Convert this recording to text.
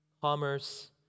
commerce